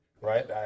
right